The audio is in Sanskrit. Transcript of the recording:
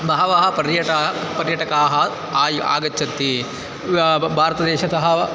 बहवः पर्यटकाः पर्यटकाः आयाति आगच्छन्ति भारतदेशतः वा